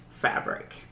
fabric